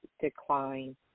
decline